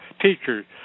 teachers